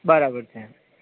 બરાબર છે